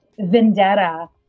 vendetta